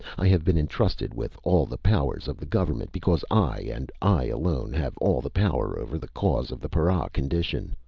i have been entrusted with all the powers of the government because i, and i alone, have all the power over the cause of the para condition.